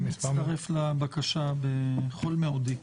אני מצטרף לבקשה בכל מאודי.